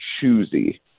choosy